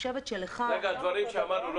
הדברים שאמרנו לא